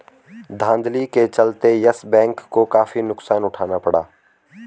धांधली के चलते यस बैंक को काफी नुकसान उठाना पड़ा